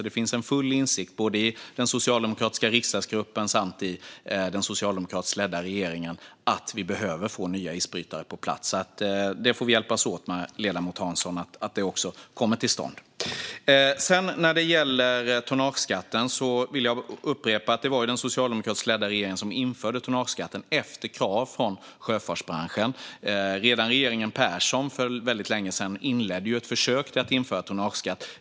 Det finns alltså full insikt i både den socialdemokratiska riksdagsgruppen och den socialdemokratiska regeringen om att vi behöver få nya isbrytare på plats. Vi får hjälpas åt att se till att det kommer till stånd, ledamoten Hansson. När det gäller tonnageskatten vill jag upprepa att det var den socialdemokratiskt ledda regeringen som införde tonnageskatten efter krav från sjöfartsbranschen. Redan regeringen Persson inledde för länge sedan ett försök att införa tonnageskatt.